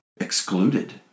excluded